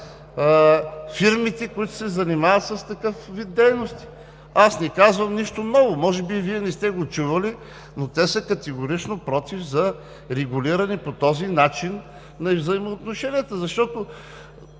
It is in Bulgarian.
фирмите, които се занимават с такъв вид дейности. Аз не казвам нищо ново. Може би Вие не сте го чували, но те са категорично против за регулиране по този начин на взаимоотношенията. Първо,